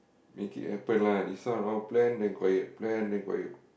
make it happen lah this one all plan then quiet plan then quiet